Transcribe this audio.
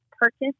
purchase